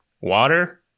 water